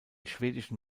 schwedischen